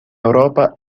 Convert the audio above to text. europa